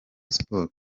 sports